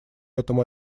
этому